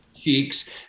cheeks